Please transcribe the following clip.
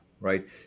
right